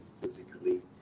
physically